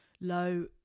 low